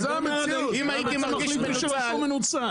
אם הייתי מרגיש מנוצל